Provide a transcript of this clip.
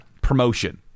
promotion